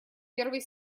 первый